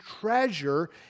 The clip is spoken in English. treasure